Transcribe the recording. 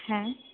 হ্যাঁ